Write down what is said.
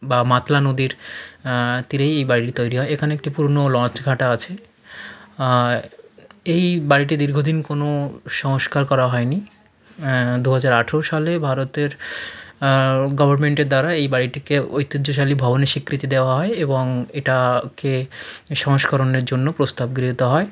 বা মাতলা নদীর তীরেই এই বাড়িটি তৈরি হয় এখানে একটি পুরনো লঞ্চঘাটও আছে এই বাড়িটি দীর্ঘদিন কোনো সংস্কার করা হয়নি দুহাজার আঠেরো সালে ভারতের গভর্নমেন্টের দ্বারা এই বাড়িটিকে ঐতিহ্যশালী ভবনের স্বীকৃতি দেওয়া হয় এবং এটাকে সংস্করণের জন্য প্রস্তাব গৃহীত হয়